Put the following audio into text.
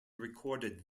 recorded